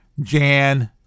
Jan